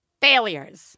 Failures